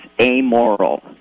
amoral